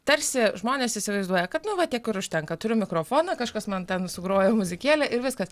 tarsi žmonės įsivaizduoja kad nu va tiek ir užtenka turiu mikrofoną kažkas man ten sugroja muzikėlę ir viskas